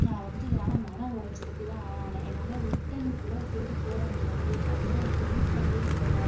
நான் வந்துட்டு இதனால மன உளச்சலுக்கு தான் ஆளானேன் என்னால் ரிட்டன் கூட இதை திருப்பி போட முடியாது ஏன்னால் அதற்கு ரீஃபண்ட்டும் கிடையாது